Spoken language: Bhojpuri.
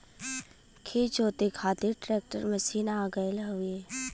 खेत जोते खातिर ट्रैकर मशीन आ गयल हउवे